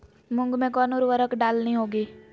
मूंग में कौन उर्वरक डालनी होगी?